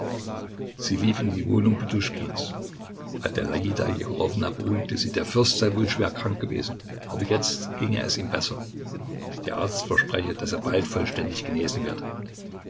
sie lief in die wohnung poduschkins adelaida jegorowna beruhigte sie der fürst sei wohl schwer krank gewesen aber jetzt ging es ihm besser der arzt verspreche daß er bald vollständig genesen werde